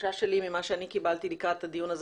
ומהתחושה שלי ממה שקיבלתי לקראת הדיון הזה